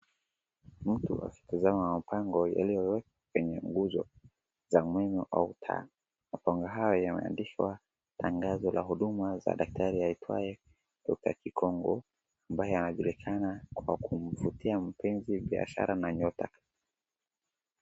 Mtu akitazama mabango yaliyowekwa kwenye nguzo za umeme au taa. Mabango hayo yameandikwa tangazo la huduma za daktari aitwaye Dr. Gikonko ambaye anajulikana kwa kumvutia mpenzi, biashara na nyota.